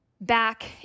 back